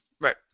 Right